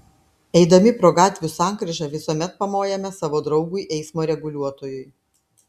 eidami pro gatvių sankryžą visuomet pamojame savo draugui eismo reguliuotojui